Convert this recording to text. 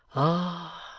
ah!